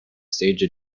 stage